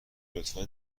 لطفا